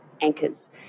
Anchors